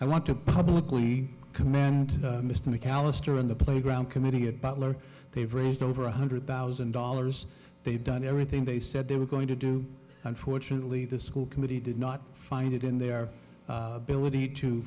i want to publicly command mr mcallister in the playground committee at butler they've raised over one hundred thousand dollars they've done everything they said they were going to do unfortunately the school committee did not find it in their ability to